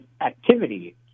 activity